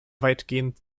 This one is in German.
weitgehend